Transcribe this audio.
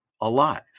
alive